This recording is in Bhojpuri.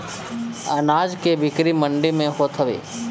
अनाज के बिक्री मंडी में होत हवे